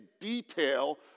detail